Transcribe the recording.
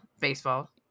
baseball